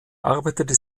arbeitete